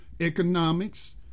economics